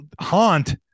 haunt